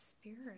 spirit